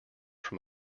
from